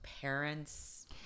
parents